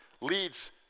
leads